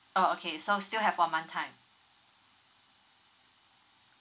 oh okay so still have four month time